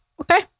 Okay